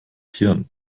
hirn